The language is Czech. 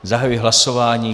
Zahajuji hlasování.